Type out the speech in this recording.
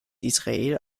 israel